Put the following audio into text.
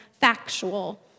factual